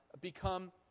become